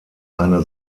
eine